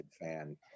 fan